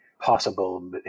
possible